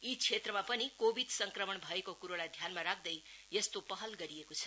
यी क्षेत्रमा पनि कोविड संक्रमण भएको कुरोलाई ध्यानमा राख्दै यस्तो पहल गरिएको छ